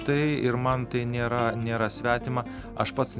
tai ir man tai nėra nėra svetima aš pats